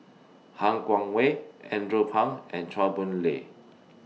Han Guangwei Andrew Phang and Chua Boon Lay